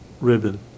ribbon